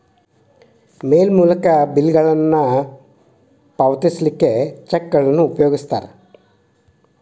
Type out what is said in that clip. ಮೇಲ್ ಮೂಲಕ ಬಿಲ್ಗಳನ್ನ ಪಾವತಿಸೋಕ ಚೆಕ್ಗಳನ್ನ ಉಪಯೋಗಿಸ್ತಾರ